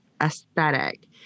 aesthetic